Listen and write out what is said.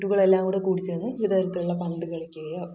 കുട്ടികളെല്ലാം കൂടെ കൂടി ചേർന്ന് വിവിധ തരത്തിലുള്ള പന്ത് കളിക്കുകയോ